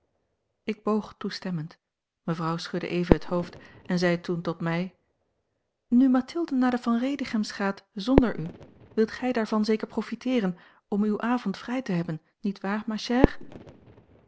ik boog toestemmend mevrouw schudde even het hoofd en zei toen tot mij nu mathilde naar de van redichems gaat zonder u wilt gij daarvan zeker profiteeren om uw avond vrij te hebben niet waar ma